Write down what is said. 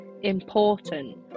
Important